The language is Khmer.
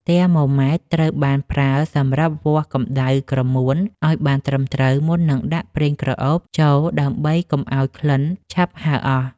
ទែម៉ូម៉ែត្រ ត្រូវបានប្រើសម្រាប់វាស់កម្ដៅក្រមួនឱ្យបានត្រឹមត្រូវ មុននឹងដាក់ប្រេងក្រអូបចូលដើម្បីកុំឱ្យក្លិនឆាប់ហើរអស់។